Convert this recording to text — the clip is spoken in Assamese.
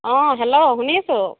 অ' হেল্ল' শুনিছোঁ